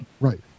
Right